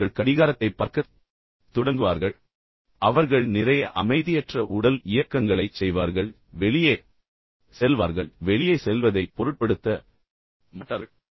எனவே அவர்கள் கடிகாரத்தைப் பார்க்கத் தொடங்குவார்கள் எனவே அவர்கள் நிறைய அமைதியற்ற உடல் இயக்கங்களைச் செய்வார்கள் சிலர் அதைச் செய்ய முடிந்தால் அவர்கள் வெளியே செல்வார்கள் அவர்கள் வெளியே செல்வதை பொருட்படுத்த மாட்டார்கள்